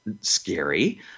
scary